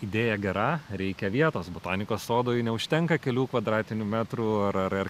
idėja gera reikia vietos botanikos sodui neužtenka kelių kvadratinių metrų ar ar